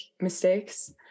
mistakes